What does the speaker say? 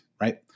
right